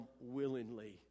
willingly